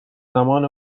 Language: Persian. زمان